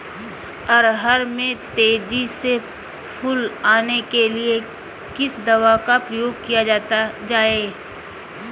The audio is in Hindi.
अरहर में तेजी से फूल आने के लिए किस दवा का प्रयोग किया जाना चाहिए?